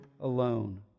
alone